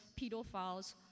pedophiles